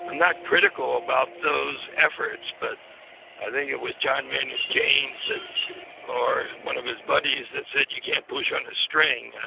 not critical about those efforts, but i think it was john maynard keynes, or one of his buddies, that said you can't push on a string,